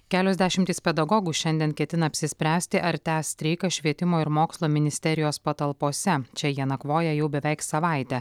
kelios dešimtys pedagogų šiandien ketina apsispręsti ar tęs streiką švietimo ir mokslo ministerijos patalpose čia jie nakvoja jau beveik savaitę